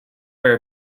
wear